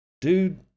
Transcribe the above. dude